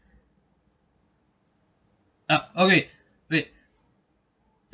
uh okay wait